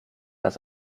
das